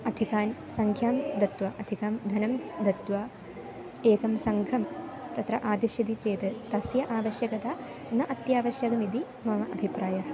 अधिकां सङ्ख्यां दत्त्वा अधिकां धनं दत्त्वा एकं सङ्घं तत्र आदिशति चेत् तस्य आवश्यकता न अत्यावश्यकम् इति मम अभिप्रायः